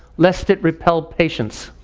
lest it repel patients.